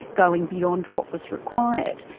going beyond what was required.